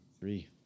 Three